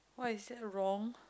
why is that wrong